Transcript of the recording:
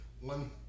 One